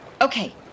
Okay